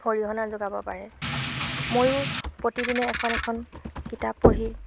অৰিহণা যোগাব পাৰে ময়ো প্ৰতিদিনে এখন এখন কিতাপ পঢ়ি